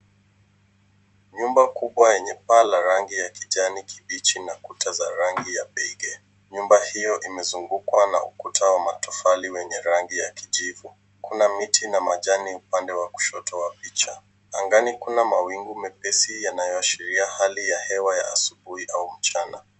Nyumba kubwa yenye paa la rangi ya kijani kibichi na kuta za rangi ya beige . Nyumba hiyo imezungukwa na ukuta wa matofali wenye rangi ya kijivu. Kuna miti na majani upande wa kushoto wa picha. Angani kuna mawingu mepesi yanayoashiria hali ya hewa ya asubuhi au mchana.